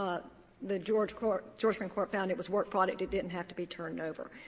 ah the georgia court georgia and court found it was work product it didn't have to be turned over.